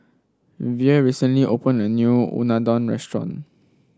Vere recently opened a new Unadon Restaurant